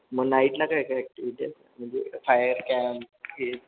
मग नाईटला काय काय ॲक्टिविटी आहे म्हणजे फायर कॅम्प हे